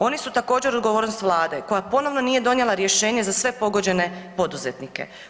Oni su također odgovornost Vlade koja ponovno nije donijela rješenje za sve pogođene poduzetnike.